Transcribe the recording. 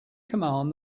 command